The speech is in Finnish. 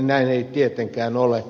näin ei tietenkään ole